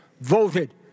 voted